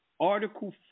Article